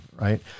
right